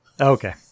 Okay